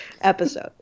episode